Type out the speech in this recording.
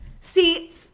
See –